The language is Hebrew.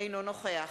אינו נוכח